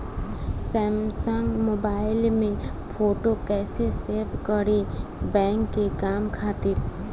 Samsung mobile में photo कैसे save करीं बैंक के काम खातिर?